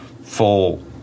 Full